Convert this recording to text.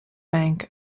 bank